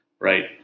Right